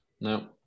No